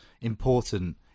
important